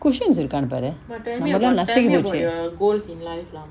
cushions இருக்கானு பாரு நம்மடஎல்லா நசுங்கி போச்சு:irukanu paaru nammadayella nasungi pochu